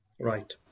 Right